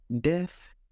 death